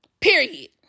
Period